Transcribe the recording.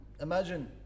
imagine